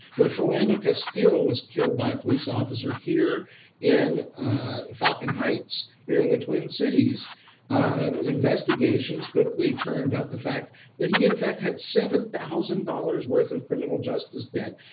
when philando castile was killed by a police officer here in falcon heights here in the twin cities, investigation investigations quickly turned up the fact that he in fact had seven thousand dollars worth of criminal justice debt,